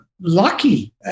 lucky